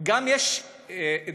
גם יש דברים